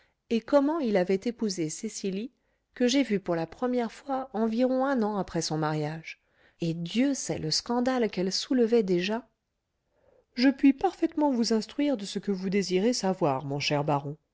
et comment il avait épousé cecily que j'ai vue pour la première fois environ un an après son mariage et dieu sait le scandale qu'elle soulevait déjà je puis parfaitement vous instruire de ce que vous désirez savoir mon cher baron